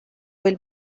will